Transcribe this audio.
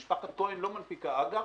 משפחת כהן לא מנפיקה אג"ח,